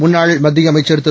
முன்னாள்மத்தியஅமைச்சர்திரு